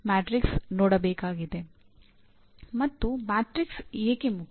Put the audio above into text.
ಮತ್ತು ಮ್ಯಾಟ್ರಿಕ್ಸ್ ಏಕೆ ಮುಖ್ಯ